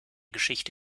geschichte